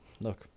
look